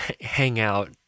Hangout